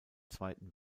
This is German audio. zweiten